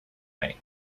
way